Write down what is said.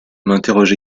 m’interroge